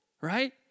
right